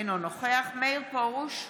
אינו נוכח מאיר פרוש,